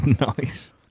nice